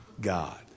God